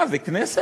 מה זה, כנסת?